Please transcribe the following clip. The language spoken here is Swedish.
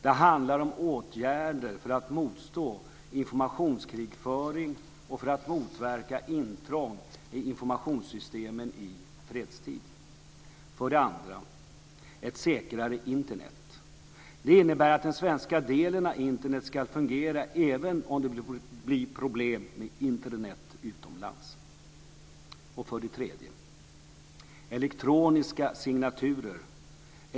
Det handlar om åtgärder för att motstå informationskrigföring och för att motverka intrång i informationssystemen i fredstid. För det andra gäller det ett säkrare Internet. Det innebär att den svenska delen av Internet ska fungera även om det blir problem med Internet utomlands. För det tredje handlar det om elektroniska signaturer.